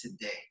today